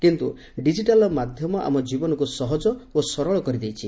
କିନ୍ତୁ ଡିଜିଟାଲ୍ ମାଧ୍ୟମ ଆମ ଜୀବନକୁ ସହଜ ଓ ସରଳ କରିଦେଇଛି